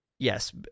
Yes